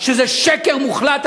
זה שקר מוחלט.